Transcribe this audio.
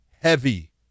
heavy